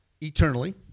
eternally